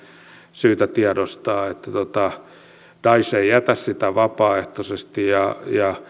syytä tiedostaa että daesh ei jätä sitä vapaaehtoisesti ja